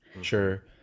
Sure